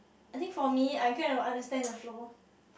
I think for me I kind of understand the flow